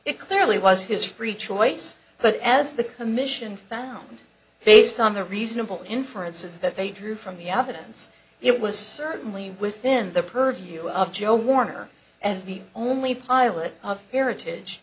it clearly was his free choice but as the commission found based on the reasonable inferences that they drew from the affidavits it was certainly within the purview of joe warner as the only pilot of heritage